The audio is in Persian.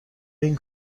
این